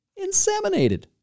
inseminated